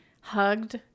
hugged